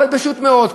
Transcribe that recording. אבל פשוט מאוד,